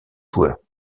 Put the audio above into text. joueurs